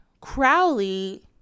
Crowley